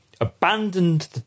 abandoned